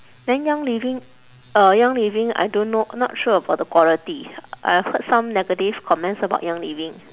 then young living uh young living I don't know not sure about the quality I heard some negative comments about young living